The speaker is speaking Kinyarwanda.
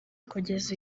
kugeza